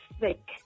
sick